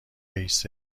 رئیس